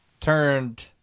turned